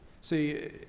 See